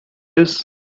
this